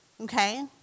okay